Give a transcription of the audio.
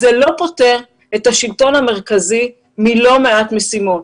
זה לא פוטר את השלטון המקומי המרכזי מלא מעט משימות.